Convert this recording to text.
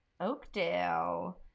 Oakdale